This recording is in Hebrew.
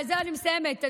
זהו, אני מסיימת.